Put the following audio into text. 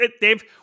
Dave